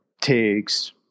takes